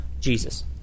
Jesus